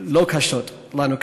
לא קשות לנו כעם,